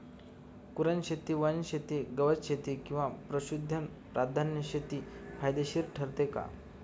कुरणशेती, वनशेती, गवतशेती किंवा पशुधन प्रधान शेती फायदेशीर ठरते का?